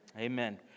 Amen